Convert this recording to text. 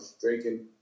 drinking